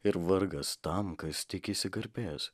ir vargas tam kas tikisi garbės